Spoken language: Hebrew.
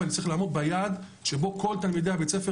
ואני צריך לעמוד ביעד שבו כל תלמידי בית הספר